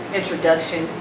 introduction